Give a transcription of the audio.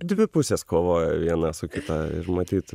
dvi pusės kovoja viena su kita ir matyt